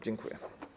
Dziękuję.